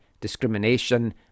discrimination